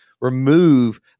remove